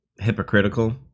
hypocritical